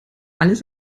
alles